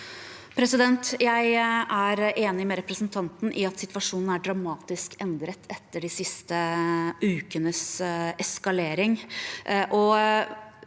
Jeg er enig med representanten i at situasjo- nen er dramatisk endret etter de siste ukenes eskalering,